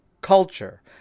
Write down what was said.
culture